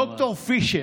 ד"ר פישר,